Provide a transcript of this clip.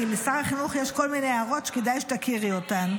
כי לשר החינוך יש כל מיני הערות שכדאי שתכירי אותן.